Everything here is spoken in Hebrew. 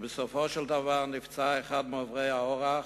ובסופו של דבר נפצע אחד מעוברי האורח,